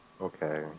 Okay